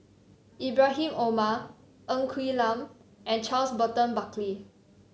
Ibrahim Omar Ng Quee Lam and Charles Burton Buckley